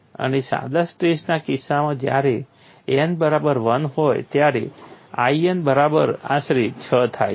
અને સાદા સ્ટ્રેસના કિસ્સામાં જ્યારે n બરાબર 1 હોય ત્યારે In બરાબર આશરે 6 થાય છે